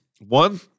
One